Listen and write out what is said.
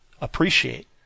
appreciate